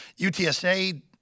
UTSA